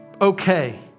Okay